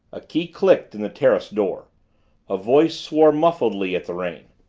a key clicked in the terrace door a voice swore muffledly at the rain.